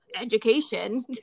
education